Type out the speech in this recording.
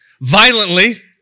violently